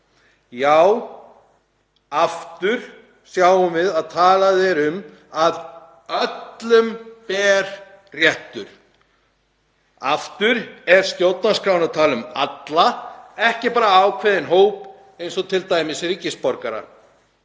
Aftur sjáum við að talað er um að öllum beri réttur. Aftur er stjórnarskráin að tala um alla, ekki bara ákveðinn hóp eins og t.d. ríkisborgara.